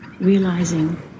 realizing